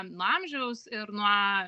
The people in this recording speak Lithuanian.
nuo amžiaus ir nuo